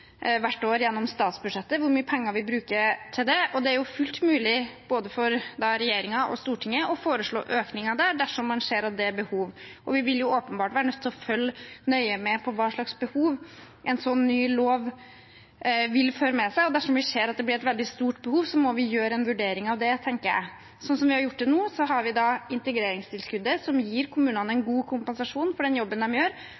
hvert år gjennom statsbudsjettet, og det er fullt mulig, både for regjeringen og Stortinget, å foreslå økning av det dersom man ser at det er behov. Vi vil åpenbart være nødt til å følge nøye med på hvilke behov en slik ny lov vil føre med seg, og dersom vi ser at det blir et veldig stort behov, må vi foreta en vurdering av det, tenker jeg. Slik vi har gjort det til nå, så har vi da integreringstilskuddet, som gir kommunene en god kompensasjon for den jobben de gjør.